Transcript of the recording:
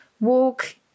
Walk